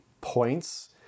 points